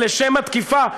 לשם התקיפה?